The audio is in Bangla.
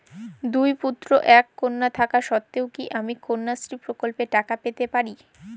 দুই পুত্র এক কন্যা থাকা সত্ত্বেও কি আমি কন্যাশ্রী প্রকল্পে টাকা পেতে পারি?